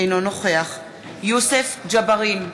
אינו נוכח יוסף ג'בארין,